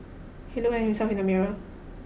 he looked at himself in the mirror